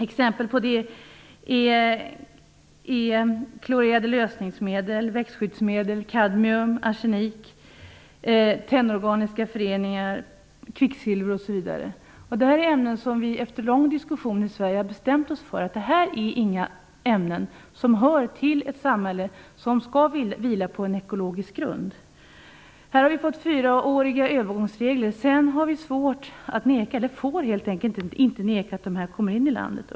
Exempel på sådana är klorerade lösningsmedel, växtskyddsmedel, kadmium, arsenik, tennorganiska föreningar, kvicksilver osv. Vi har efter lång diskussion i Sverige bestämt oss för att det är ämnen som inte hör hemma i ett samhälle som skall vila på en ekologisk grund. Vi har fått fyraåriga övergångsregler. Sedan får vi helt enkelt inte neka att ta in sådana varor i landet.